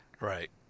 Right